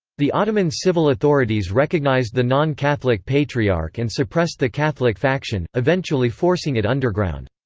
the ottoman civil authorities recognized the non-catholic patriarch and suppressed the catholic faction, eventually forcing it underground.